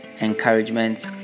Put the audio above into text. encouragement